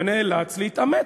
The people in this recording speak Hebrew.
ונאלץ להתעמת.